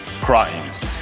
crimes